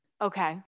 Okay